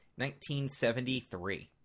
1973